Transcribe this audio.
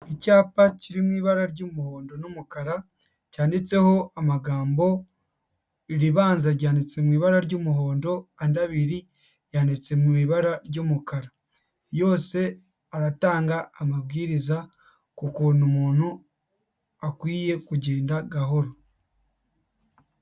Icyapa kiri mu ibara ry'umuhondo n'umukara cyanditseho amagambo, iribanza ryanditse ibara ry'umuhondo, andi abiri yanditse mu ibara ry'umukara, yose aratanga amabwiriza ku kuntu umuntu akwiye kugenda gahoro.